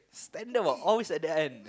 standard what always at the end